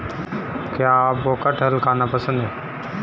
क्या आपको कठहल खाना पसंद है?